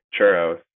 churros